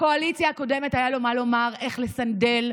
בקואליציה הקודמת היה לו מה לומר, איך לסנדל,